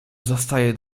pozostaje